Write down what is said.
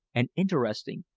and interesting,